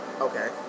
okay